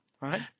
right